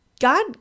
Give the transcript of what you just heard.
God